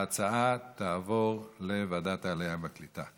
ההצעה תעבור לוועדת העלייה והקליטה.